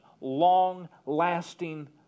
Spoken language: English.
long-lasting